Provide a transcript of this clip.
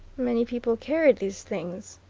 many people carried these things,